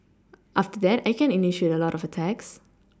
after that I can initiate a lot of attacks